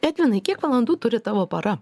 edvinai kiek valandų turi tavo pora